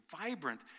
vibrant